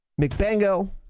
McBango